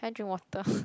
can I drink water